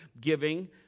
giving